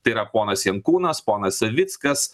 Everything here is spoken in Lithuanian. tai yra ponas jankūnas ponas savickas